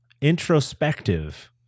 introspective